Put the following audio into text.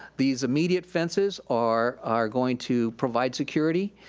these immediate fences are are going to provide security,